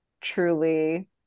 truly